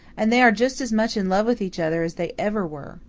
and they are just as much in love with each other as they ever were.